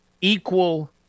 equal